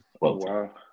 Wow